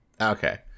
Okay